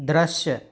दृश्य